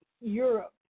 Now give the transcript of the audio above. Europe